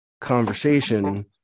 conversation